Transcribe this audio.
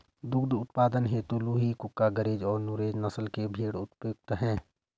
दुग्ध उत्पादन हेतु लूही, कूका, गरेज और नुरेज नस्ल के भेंड़ उपयुक्त है